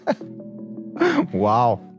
wow